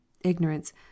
Ignorance